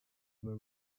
were